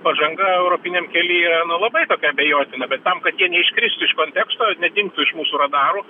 pažanga europiniam kely na labai abejotina bet tam kad jie neiškristų iš konteksto ir nedingtų iš mūsų radarų